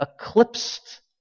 eclipsed